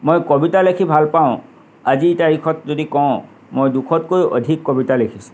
মই কবিতা লেখি ভাল পাওঁ আজিৰ তাৰিখত যদি কওঁ মই দুশতকৈ অধিক কবিতা লেখিছোঁ